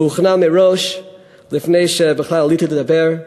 שהוכנה מראש לפני שבכלל עליתי לדבר,